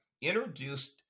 introduced